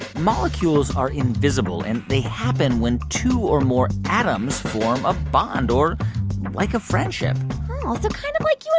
molecules are invisible, and they happen when two or more atoms form a bond or like a friendship oh, so kind of like you